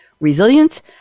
Resilience